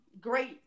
great